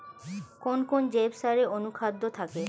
কোন কোন জৈব সারে অনুখাদ্য থাকে?